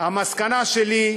המסקנה שלי,